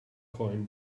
coin